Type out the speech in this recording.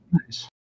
Nice